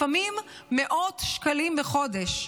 לפעמים מאות שקלים בחודש,